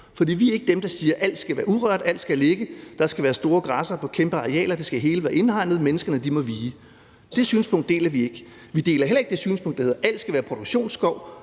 For vi er ikke dem, der siger, at alt skal være urørt, at alt skal ligge, at der skal være store græssere på kæmpe arealer, at det hele skal være indhegnet, at menneskene må vige. Det synspunkt deler vi ikke. Vi deler heller ikke det synspunkt, at alt skal være produktionsskov,